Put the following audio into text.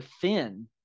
thin